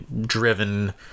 driven